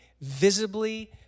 visibly